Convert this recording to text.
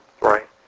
Right